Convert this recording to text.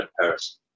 Paris